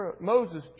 Moses